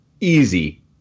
easy